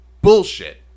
Bullshit